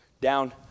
down